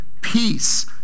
peace